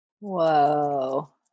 Whoa